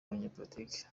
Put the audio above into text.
abanyapolitiki